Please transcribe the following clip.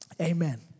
amen